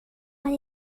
what